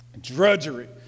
Drudgery